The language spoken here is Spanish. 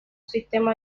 sistema